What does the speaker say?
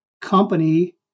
company